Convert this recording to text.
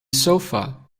sofa